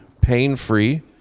pain-free